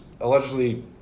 allegedly –